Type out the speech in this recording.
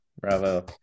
Bravo